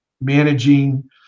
managing